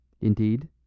Indeed